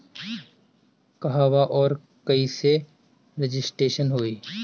कहवा और कईसे रजिटेशन होई?